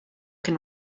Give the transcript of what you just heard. can